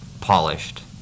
polished